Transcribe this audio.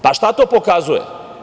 Pa, šta to pokazuje?